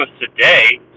today